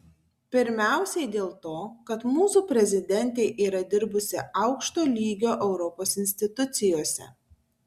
pirmiausiai dėl to kad mūsų prezidentė yra dirbusi aukšto lygio europos institucijose